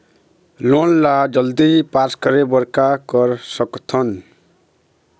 Loan ला जल्दी pass करे बर का कर सकथन?